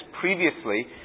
previously